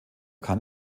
kann